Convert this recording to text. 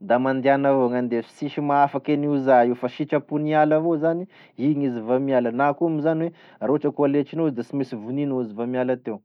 da mandehana avao gnandeha sisy mahafaky en'io za io fa sitrapony hiala avao zany, igny izy va miala, na koa moa zany hoe raha ohatra koa aletrinao izy da sy mainsy voninao izy vao miala teo.